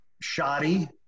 shoddy